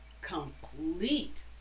complete